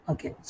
Okay